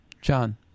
John